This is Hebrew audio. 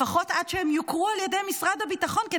לפחות עד שהם יוכרו על ידי משרד הביטחון.